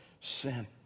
sin